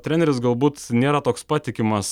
treneris galbūt nėra toks patikimas